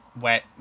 wet